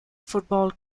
football